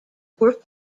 were